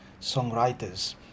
songwriters